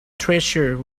treasure